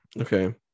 Okay